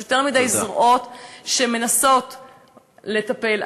יש יותר מדי זרועות שמנסות לטפל.